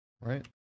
Right